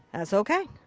that's ok.